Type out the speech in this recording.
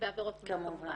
בעבירות מין כמובן.